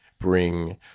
bring